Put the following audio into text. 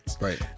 right